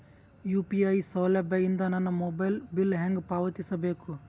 UPI ಸೌಲಭ್ಯ ಇಂದ ನನ್ನ ಮೊಬೈಲ್ ಬಿಲ್ ಹೆಂಗ್ ಪಾವತಿಸ ಬೇಕು?